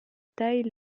tailles